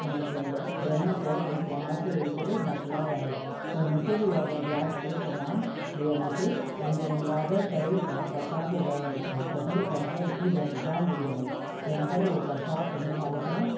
हुन चयो ब्राह्मण चयो त ही चौमासे विर्त जो मोकिलाउ आहे त हिनखे बि उहा ॻाल्हि यादि पई त मां इहे हिनखे मुंहिंजे निरादरु करे परसादु घटि वधीक करणु करे मूंखे इहा सजा मिली आहे तंहिं करे इहो परसादु उन हिसाब सां